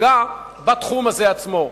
תפגע בתחום עצמו.